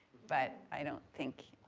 but i don't think,